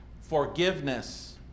forgiveness